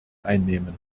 einnehmen